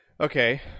Okay